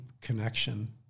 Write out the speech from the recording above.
connection